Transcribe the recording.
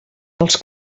dels